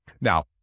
Now